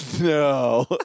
no